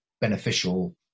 beneficial